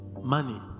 Money